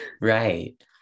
Right